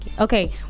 Okay